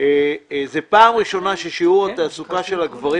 זאת פעם ראשונה ששיעור התעסוקה של הגברים